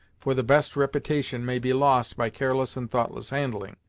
for the best repitation may be lost by careless and thoughtless handling.